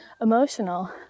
emotional